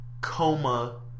coma